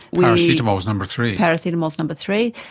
paracetamol is number three. paracetamol is number three.